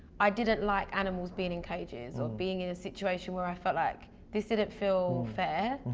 i didn't like animals being in cages or being in a situation where i felt like this didn't feel fair.